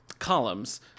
columns